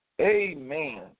Amen